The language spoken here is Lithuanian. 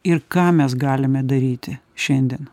ir ką mes galime daryti šiandien